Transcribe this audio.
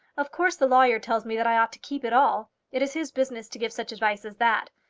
of course the lawyer tells me that i ought to keep it all. it is his business to give such advice as that.